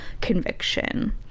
conviction